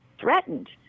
threatened